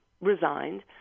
resigned